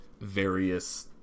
various